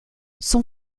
son